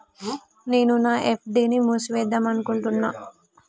నేను నా ఎఫ్.డి ని మూసివేద్దాంనుకుంటున్న